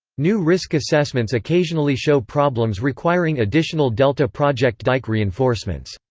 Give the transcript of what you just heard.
new risk assessments occasionally show problems requiring additional delta project dike reinforcements.